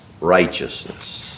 righteousness